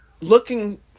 looking